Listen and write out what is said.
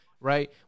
right